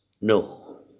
no